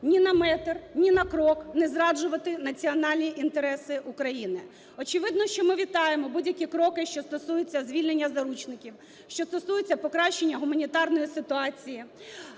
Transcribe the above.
ні на метр, ні на крок не зраджувати національні інтереси України. Очевидно, що ми вітаємо будь-які кроки, що стосуються звільнення заручників, що стосуються покращення гуманітарної ситуації.